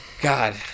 God